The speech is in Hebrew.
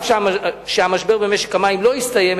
ואף שהמשבר במשק המים לא הסתיים,